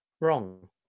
Wrong